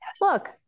look